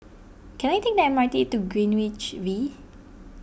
can I take the M R T to Greenwich V